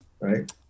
right